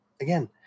again